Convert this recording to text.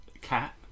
cat